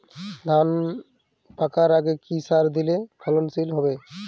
ধান পাকার আগে কি সার দিলে তা ফলনশীল হবে?